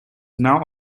now